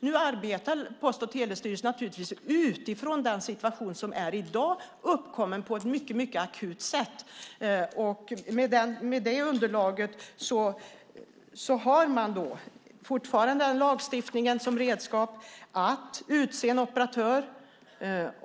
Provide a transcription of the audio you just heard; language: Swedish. Nu arbetar Post och telestyrelsen naturligtvis utifrån den situation som råder i dag, uppkommen på ett mycket akut sätt. Med det underlaget har man fortfarande, med lagstiftningen som redskap, att utse en operatör.